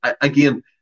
again